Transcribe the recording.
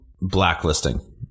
blacklisting